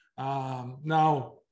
Now